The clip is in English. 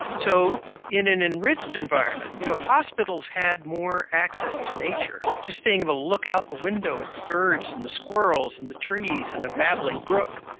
so in an enriched environment, you know if hospitals had more access to nature, just being look out the window at the birds and the squirrels and the trees and a babbling brook,